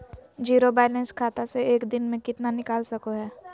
Zero balance खाता से एक दिन में कितना निकाल सको है?